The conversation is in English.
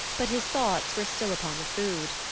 but his thoughts were still upon the food.